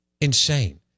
insane